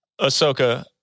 Ahsoka